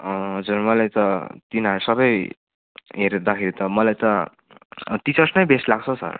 हजुर मलाई त तिनीहरू सबै हेर्दखेरि त मलाई त टिचर्स नै बेस्ट लाग्छ हो सर